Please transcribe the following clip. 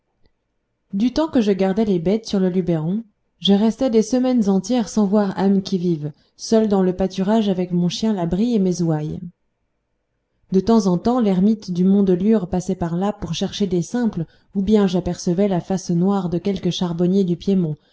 du temps que je gardais les bêtes sur le luberon je restais des semaines entières sans voir âme qui vive seul dans le pâturage avec mon chien labri et mes ouailles de temps en temps l'ermite du mont de lure passait par là pour chercher des simples ou bien j'apercevais la face noire de quelque charbonnier du piémont